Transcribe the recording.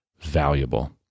valuable